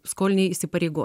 skoliniai įsipareigo